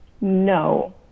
no